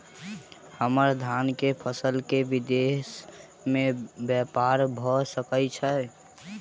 हम्मर धान केँ फसल केँ विदेश मे ब्यपार भऽ सकै छै?